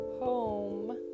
Home